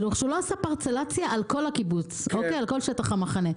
עשה פרסלציה על כל שטח המחנה.